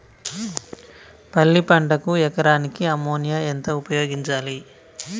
పల్లి పంటకు ఎకరాకు అమోనియా ఎంత ఉపయోగించాలి?